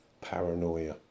paranoia